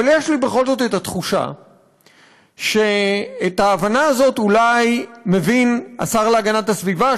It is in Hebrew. אבל יש לי בכל זאת תחושה שאת העובדה הזאת אולי מבין השר להגנת הסביבה,